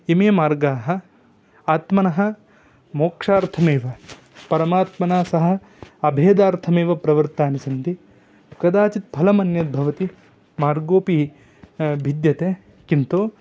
इमे मार्गाः आत्मनः मोक्षार्थमेव परमात्मना सह अभेदार्थमेव प्रवृत्तानि सन्ति कदाचित् फलमन्यद्भवति मार्गोपि भिद्यते किन्तु